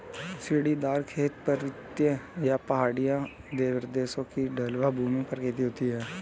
सीढ़ीदार खेत, पर्वतीय या पहाड़ी प्रदेशों की ढलवां भूमि पर खेती होती है